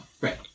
Right